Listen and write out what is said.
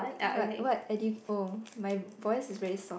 what what edu~ oh my voice is very soft